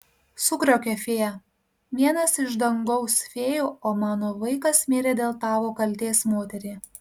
sukriokė fėja vienas iš dangaus fėjų o mano vaikas mirė dėl tavo kaltės moterie